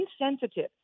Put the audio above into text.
insensitive